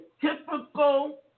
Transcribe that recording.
typical